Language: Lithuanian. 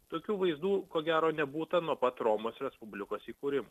tokių vaizdų ko gero nebūta nuo pat romos respublikos įkūrimo